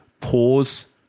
Pause